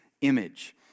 image